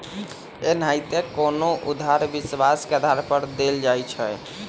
एनाहिते कोनो उधार विश्वास के आधार पर देल जाइ छइ